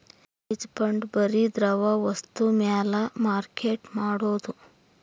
hedge fund ಬರಿ ದ್ರವ ವಸ್ತು ಮ್ಯಾಲ ಮಾರ್ಕೆಟ್ ಮಾಡೋದು